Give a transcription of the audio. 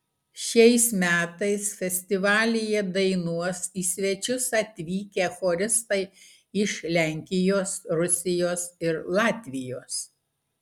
šiais metais festivalyje dainuos į svečius atvykę choristai iš lenkijos rusijos ir latvijos